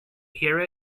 hear